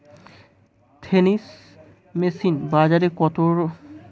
Threshing machine বাজারে কত দামে পাওয়া যায়?